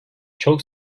çok